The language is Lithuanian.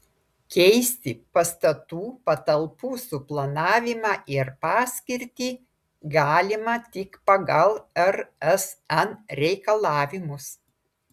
keisti pastatų patalpų suplanavimą ir paskirtį galima tik pagal rsn reikalavimus